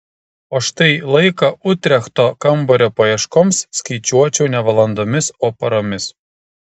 o štai laiką utrechto kambario paieškoms skaičiuočiau ne valandomis o paromis